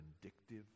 vindictive